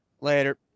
Later